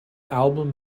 album